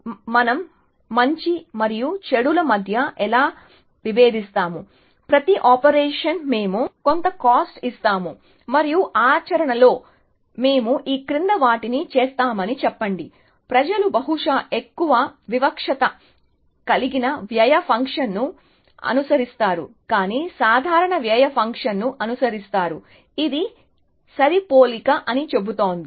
కాబట్టి మనం మంచి మరియు చెడుల మధ్య ఎలా విభేదిస్తాము ప్రతి ఆపరేషన్కు మేము కొంత కాస్ట్ ఇస్తాము మరియు ఆచరణలో మేము ఈ క్రింది వాటిని చేస్తామని చెప్పండి ప్రజలు బహుశా ఎక్కువ వివక్షత కలిగిన వ్యయ ఫంక్షన్ను అనుసరిస్తారు కాని సాధారణ వ్యయ ఫంక్షన్ను అనుసరిస్తారు ఇది సరిపోలిక అని చెబుతుంది